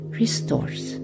restores